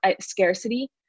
scarcity